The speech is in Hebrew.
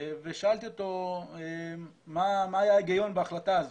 ושאלתי אותו מה היה ההיגיון בהחלטה הזו,